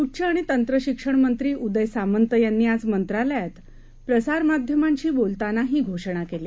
उच्चआणितंत्रशिक्षणमंत्रीउदयसामंतयांनीआजमंत्रालयातप्रसारमाध्यमांशीबोलतानाहीघोषणाकेली